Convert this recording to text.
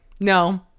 no